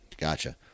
Gotcha